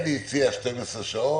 אלי הציעה 12 שעות.